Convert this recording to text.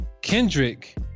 Kendrick